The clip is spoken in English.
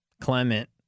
Clement